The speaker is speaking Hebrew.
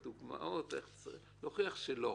וקודם נתתי את הדוגמאות שלא.